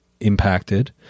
impacted